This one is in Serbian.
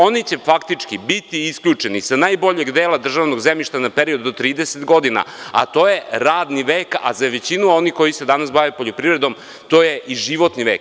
Oni će faktički biti isključeni sa najboljeg dela državnog zemljišta na period od 30 godina, a to je radni vek, a za većinu onih koji se danas bave poljoprivredom to je životni vek.